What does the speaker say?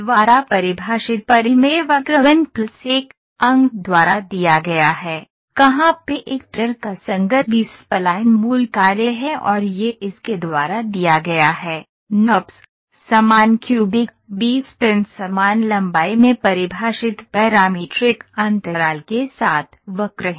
द्वारा परिभाषित परिमेय वक्र n 1 अंक द्वारा दिया गया है कहाँ पे एक तर्कसंगत बी स्पलाइन मूल कार्य है और यह इसके द्वारा दिया गया है NURBS समान क्यूबिक बी स्पैन समान लंबाई में परिभाषित पैरामीट्रिक अंतराल के साथ वक्र हैं